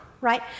Right